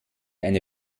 eine